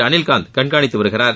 அனில்காந்த் கண்காணித்து வருகிறார்